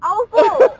I also